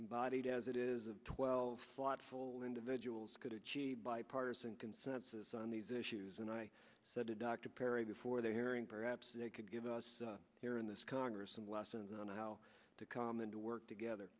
embodied as it is of twelve thoughtful individuals could achieve bipartisan consensus on these issues and i said to dr perry before the hearing perhaps they could give us here in this congress some lessons on how to calm and to work together